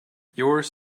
yours